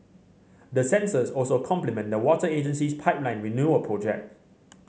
the sensors also complement the water agency's pipeline renewal project